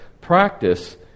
practice